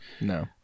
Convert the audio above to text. No